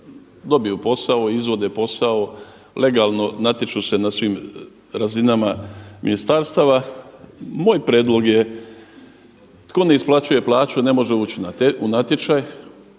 dobiju posao, izvode posao, legalno natječu se na svim razinama ministarstava. Moj prijedlog je tko ne isplaćuje plaću ne može ući u natječaj.